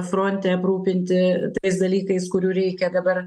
fronte aprūpinti tais dalykais kurių reikia dabar